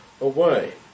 away